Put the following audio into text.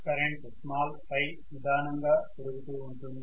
current i నిదానంగా పెరుగుతూ ఉంటుంది